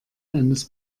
eines